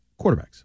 Quarterbacks